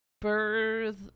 Birth